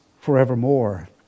forevermore